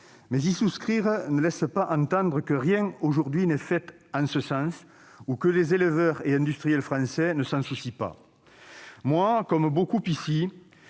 Mais y souscrire ne laisse pas entendre que rien n'est fait aujourd'hui en ce sens ou que les éleveurs et industriels français ne s'en soucient pas. Comme beaucoup ici,